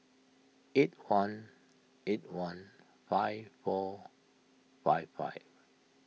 eight one eight one five four five five